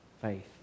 faith